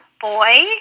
Boy